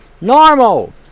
Normal